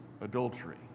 adultery